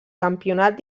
campionat